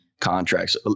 contracts